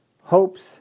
hopes